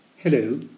Hello